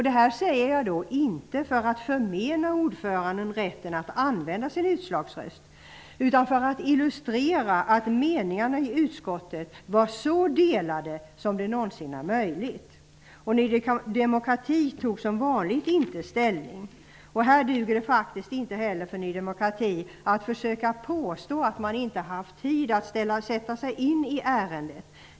Detta säger jag inte för att förmena ordföranden rätten att använda sin utslagsröst utan för att illustrera att meningarna i utskottet var så delade som det någonsin var möjligt. Ny demokrati tog som vanligt inte ställning. Det duger faktiskt inte för Ny demokrati att försöka påstå att man inte har haft tid att sätta sig in i ärendet.